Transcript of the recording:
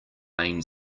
main